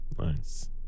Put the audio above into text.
Nice